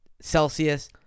Celsius